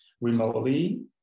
remotely